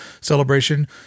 celebration